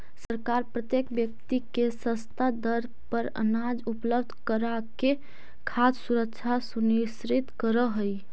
सरकार प्रत्येक व्यक्ति के सस्ता दर पर अनाज उपलब्ध कराके खाद्य सुरक्षा सुनिश्चित करऽ हइ